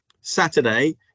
Saturday